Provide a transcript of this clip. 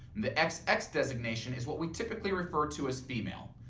the xx xx designation is what we typically refer to as female,